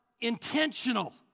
intentional